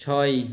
ছয়